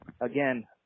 Again